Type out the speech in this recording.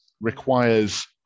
requires